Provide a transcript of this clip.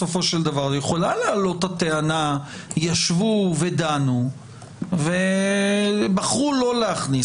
יכולה לעלות הטענה שישבו ודנו ובחרו לא להכניס.